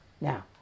Now